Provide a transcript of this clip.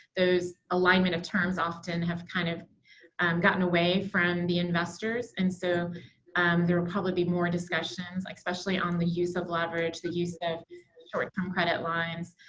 those alignment of terms often have kind of um gotten away from the investors. and so there'll probably be more discussions, like especially on the use of leverage, the use of short-term credit lines,